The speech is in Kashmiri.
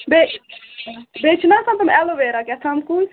بیٚیہِ بیٚیہِ چھِناہ آسان ٹِم ایلویرا کیٛاہتام کُلۍ